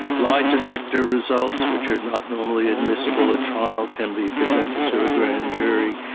lie detector results, which are not normally admissible at trial can be presented to a grand jury,